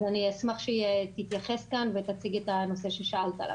אז אני אשמח שהיא תתייחס כאן ותציג את הנושא ששאלת עליו.